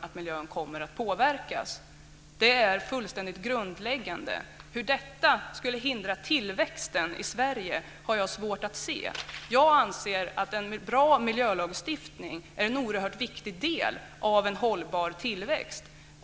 att miljön kommer att påverkas. Det är det som är fullständigt grundläggande. Hur detta skulle hindra tillväxten i Sverige har jag svårt att se. Jag anser att en bra miljölagstiftning är en oerhört viktig del av en hållbar tillväxt.